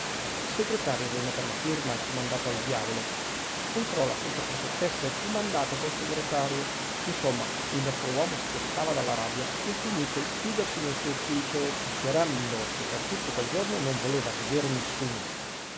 il segretario venne per la firma e fu mandato al diavolo entrò la sottoprefettessa e fu mandata col segretario insomma il nostro uomo schiattava dalla rabbia e finì col chiudersi nel suo ufficio dichiarando che per tutto quel giorno non voleva vedere nessuno